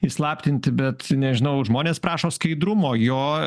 įslaptinti bet nežinau žmonės prašo skaidrumo jo